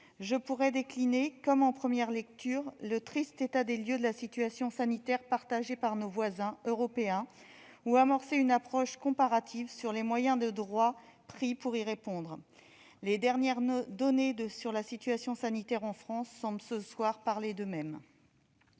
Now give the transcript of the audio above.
je pourrais décliner, comme en première lecture, le triste état des lieux de la situation sanitaire, partagé par nos voisins européens, ou amorcer une approche comparative sur les moyens de droit pris pour y répondre. Les dernières données sur la situation sanitaire en France semblent, ce soir, parler d'elles-mêmes.